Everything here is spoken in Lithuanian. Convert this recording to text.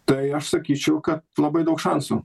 tai aš sakyčiau kad labai daug šansų